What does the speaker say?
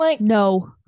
no